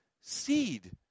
seed